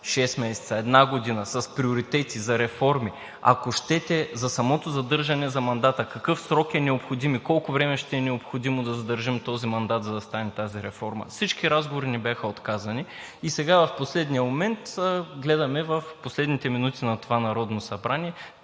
месеца, една година, с приоритети за реформи, ако щете, за самото задържане на мандата – какъв срок е необходим и колко време ще е необходимо да задържим този мандат, за да стане реформата. Всички разговори ни бяха отказани и сега в последния момент, в последните минути на това Народно събрание,